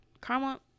karma